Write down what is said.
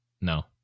No